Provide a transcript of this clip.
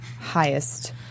highest